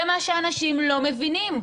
זה מה שאנשים לא מבינים.